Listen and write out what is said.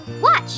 Watch